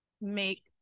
make